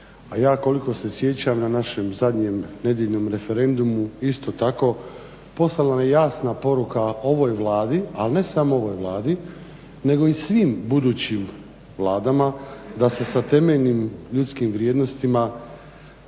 a ja koliko se sjećam na našem zadnjem nedjeljnom referendumu isto tako poslala se jasna poruka ovoj Vladi, al ne samo ovoj Vladi nego i svim budućim vladama da se sa temeljnim ljudskim vrijednostima,